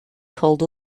called